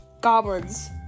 goblins